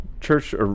church